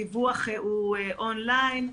הדיווח הוא אונליין.